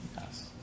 yes